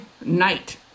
night